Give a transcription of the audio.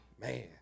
man